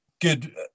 good